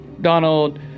Donald